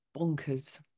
bonkers